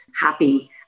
happy